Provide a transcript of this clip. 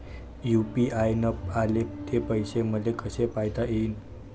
UPI न आले ते पैसे मले कसे पायता येईन?